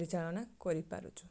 ପରିଚାଳନା କରିପାରୁଛୁ